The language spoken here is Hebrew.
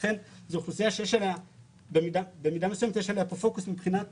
זאת אוכלוסייה שבמידה מסוימת יש עליה כאן פוקוס מבחינת